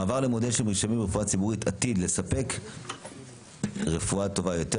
המעבר למודל של מרשמים ברפואה הציבורית עתיד לספק רפואה טובה יותר,